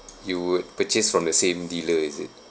you would purchase from the same dealer is it